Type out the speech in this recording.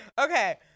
Okay